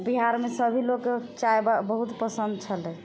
बिहारमे सबलोक चाइ बहुत पसन्द छलै